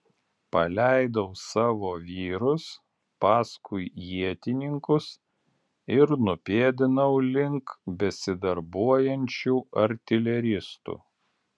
paleidau savo vyrus paskui ietininkus ir nupėdinau link besidarbuojančių artileristų